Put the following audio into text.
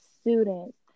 students